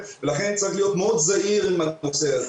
לכן צריך להיות מאוד זהיר עם הנושא.